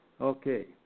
Okay